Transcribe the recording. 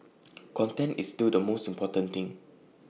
content is still the most important thing